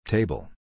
Table